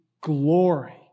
glory